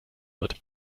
wird